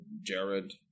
Jared